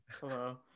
Hello